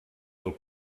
del